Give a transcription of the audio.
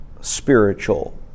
spiritual